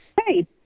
hey